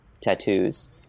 tattoos